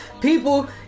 people